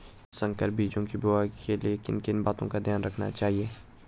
संकर बीजों की बुआई के लिए किन किन बातों का ध्यान रखना चाहिए?